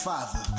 Father